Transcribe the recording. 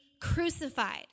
crucified